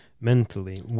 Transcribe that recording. mentally